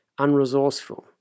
unresourceful